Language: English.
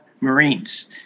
Marines